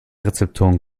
rezeptoren